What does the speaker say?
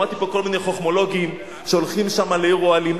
שמעתי פה כל מיני חכמולוגים שהולכים שם לעיר האוהלים.